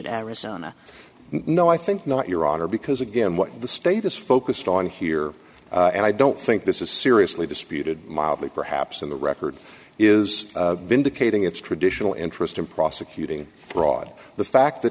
d arizona no i think not your honor because again what the state is focused on here and i don't think this is seriously disputed mildly perhaps in the record is indicating its traditional interest in prosecuting fraud the fact that